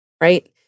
right